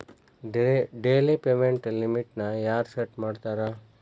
daily payment ಲಿಮಿಟ್ನ ಯಾರ್ set ಮಾಡ್ತಾರಾ